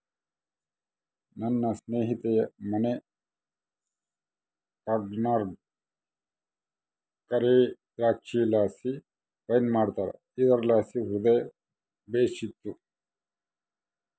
ನನ್ನ ಸ್ನೇಹಿತೆಯ ಮನೆ ಕೂರ್ಗ್ನಾಗ ಕರೇ ದ್ರಾಕ್ಷಿಲಾಸಿ ವೈನ್ ಮಾಡ್ತಾರ ಇದುರ್ಲಾಸಿ ಹೃದಯ ಬೇಶಿತ್ತು